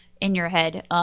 in-your-head